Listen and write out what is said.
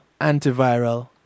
antiviral